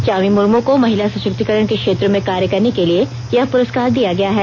चामी मुर्मू को महिला सशक्तिकरण के क्षेत्र में कार्य करने के लिए यह पुरस्कार दिया गया है